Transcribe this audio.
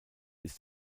ist